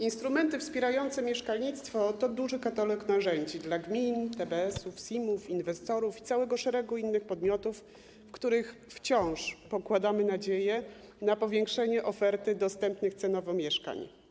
Instrumenty wspierające mieszkalnictwo to duży katalog narzędzi dla gmin, TBS-ów, SIM-ów, inwestorów i całego szeregu innych podmiotów, w których wciąż pokładamy nadzieję na powiększenie oferty dostępnych cenowo mieszkań.